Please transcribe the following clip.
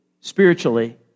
spiritually